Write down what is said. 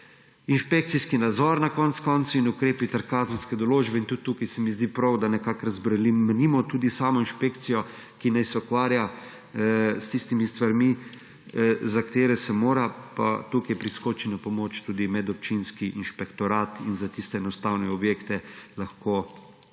inšpekcijski nadzor na konec koncev in ukrepi ter kazenske določbe. Tudi tukaj se mi zdi prav, da nekako razbremenimo tudi samo inšpekcijo, ki naj se ukvarja s tistimi stvarmi, za katere se mora, pa tukaj priskoči na pomoč tudi medobčinski inšpektorat in za tiste enostavne objekte lahko